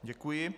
Děkuji.